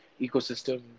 ecosystem